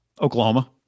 Oklahoma